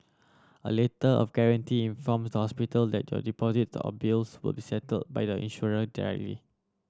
a Letter of Guarantee informs the hospital that your deposit or bills will be settled by your insurer